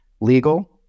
legal